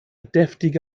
deftige